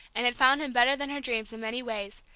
and had found him better than her dreams in many ways,